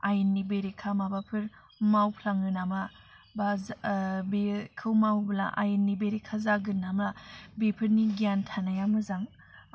आयेननि बेरेखा माबाफोर मावफ्लाङो नामा बा जा बेयो खौ मावब्ला आयेननि बेरेखा जागोन नामा बिफोरनि गियान थानाया मोजां